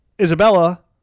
Isabella